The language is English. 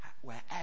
wherever